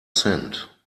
sent